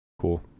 cool